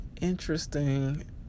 Interesting